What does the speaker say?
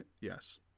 Yes